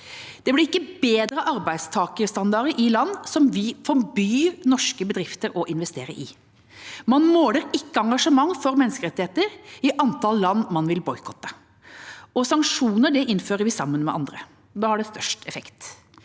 Det blir ikke bedre arbeidstakerstandarder i land som vi forbyr norske bedrifter å investere i. Man måler ikke engasjement for menneskerettigheter i antall land man vil boikotte. Og sanksjoner innfører vi sammen med andre. Da har de størst effekt,